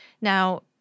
Now